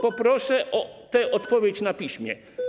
Poproszę o tę odpowiedź na piśmie.